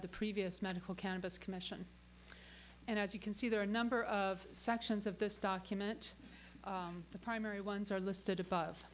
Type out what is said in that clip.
the previous medical cannabis commission and as you can see there are a number of sections of this document the primary ones are listed above